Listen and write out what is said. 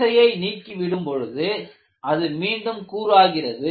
விசையை நீக்கிவிடும் பொழுது அது மீண்டும் கூராகிறது